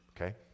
Okay